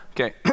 Okay